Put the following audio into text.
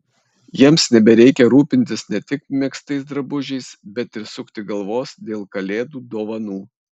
jiems nebereikia rūpintis ne tik megztais drabužiais bet ir sukti galvos dėl kalėdų dovanų